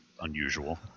unusual